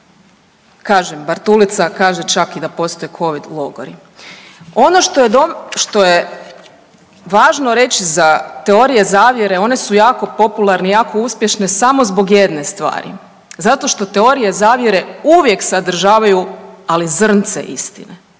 Kažem Bartulica kaže čak i da postoje Covid logori. Ono što je važno reći za teorije zavjere one su jako popularne i jako uspješne samo zbog jedne stvari. Zato što teorije zavjere uvijek sadržavaju ali zrnce istine.